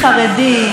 נשים,